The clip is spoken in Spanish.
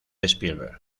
spielberg